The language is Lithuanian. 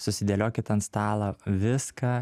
susidėliokit ant stalo viską